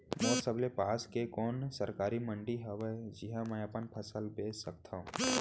मोर सबले पास के कोन सरकारी मंडी हावे जिहां मैं अपन फसल बेच सकथव?